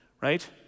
right